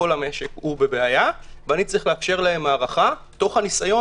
כל המשק הוא בבעיה ואני צריך לאפשר להם הארכה תוך הניסיון